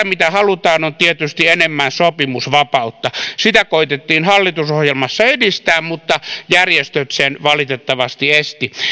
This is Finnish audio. mitä halutaan on tietysti enemmän sopimusvapautta sitä koetettiin hallitusohjelmassa edistää mutta järjestöt sen valitettavasti estivät